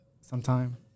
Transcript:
sometime